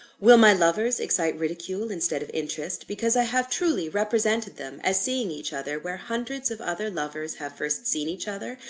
will my lovers excite ridicule instead of interest, because i have truly represented them as seeing each other where hundreds of other lovers have first seen each other,